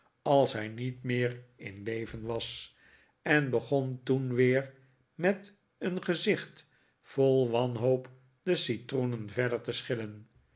als hij niet meer in leven was en begon toen weer rnet een gezicht vol wanhoop de citroenen verder te schillen